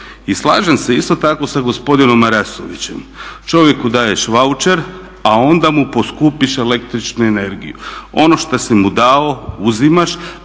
I slažem se isto tako sa gospodinom Marasovićem, čovjeku daješ vaucher, a onda mu poskupiš električnu energiju. Ono što si mu dao uzimaš,